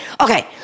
Okay